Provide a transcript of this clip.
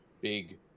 big